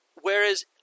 whereas